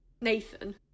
Nathan